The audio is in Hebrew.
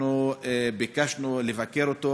אנחנו ביקשנו לבקר אותו,